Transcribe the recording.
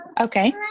Okay